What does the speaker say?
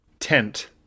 Tent